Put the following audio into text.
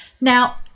Now